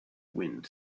wind